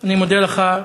אני מודה לך.